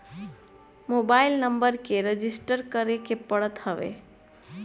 mobile number के register करे के पड़त हवे